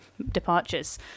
departures